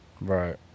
Right